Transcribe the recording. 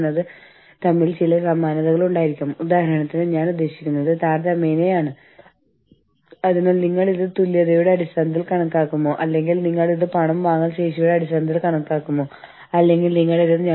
അതിനാൽ തൊഴിലാളികളെ കുറയ്ക്കൽ പ്ലാന്റ് അടച്ചുപൂട്ടൽ തുടങ്ങിയ കാര്യമായ മാറ്റങ്ങൾ തുടങ്ങിയവ നടപ്പിലാക്കുന്നതിന് മുമ്പ് തൊഴിലാളികളുടെ ഗ്രൂപ്പുകളുമായുള്ള കൂടിയാലോചന നടത്തേണ്ടതുണ്ട്